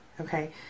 Okay